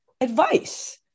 advice